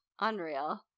Unreal